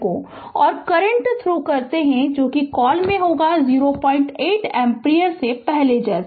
और current through यह call होगा कॉल 08 एम्पीयर से पहले जैसा